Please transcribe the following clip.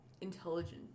intelligent